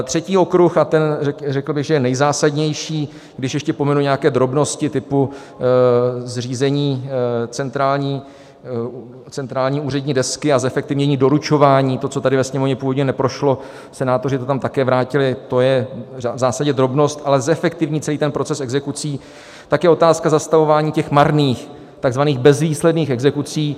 Třetí okruh, a ten, řekl bych, že je nejzásadnější, když ještě pominu nějaké drobnosti typu zřízení centrální úřední desky a zefektivnění doručování to, co tady ve Sněmovně původně neprošlo, senátoři to tam také vrátili to je v zásadě drobnost, ale zefektivnit celý proces exekucí je otázka zastavování těch marných, takzvaných bezvýsledných exekucí.